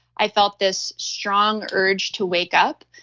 i felt this strong urge to wake up.